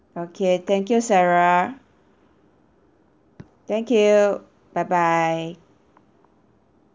okay thank you sarah thank you bye bye